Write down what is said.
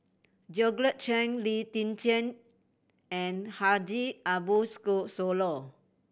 Georgette Chen Lee Tjin and Haji Ambo Sooloh